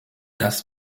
das